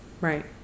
right